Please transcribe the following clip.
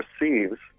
receives